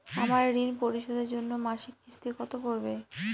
আমার ঋণ পরিশোধের জন্য মাসিক কিস্তি কত পড়বে?